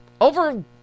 over